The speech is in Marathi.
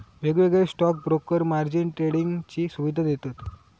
वेगवेगळे स्टॉक ब्रोकर मार्जिन ट्रेडिंगची सुवीधा देतत